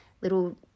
little